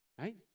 right